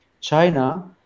China